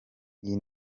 iyi